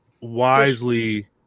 wisely